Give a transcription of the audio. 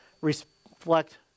reflect